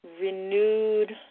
renewed